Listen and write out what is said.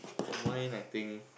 for mine I think